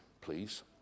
please